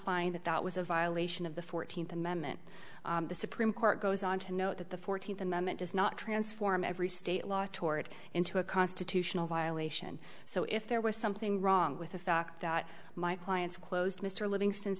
find that that was a violation of the fourteenth amendment the supreme court goes on to note that the fourteenth amendment does not transform every state law tore it into constitutional violation so if there was something wrong with the fact that my client's closed mr living